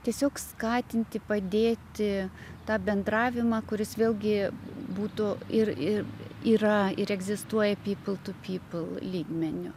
tiesiog skatinti padėti tą bendravimą kuris vėlgi būtų ir ir yra ir egzistuoja pypltiūpypl lygmeniu